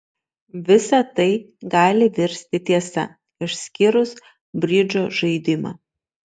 visa tai gali virsti tiesa išskyrus bridžo žaidimą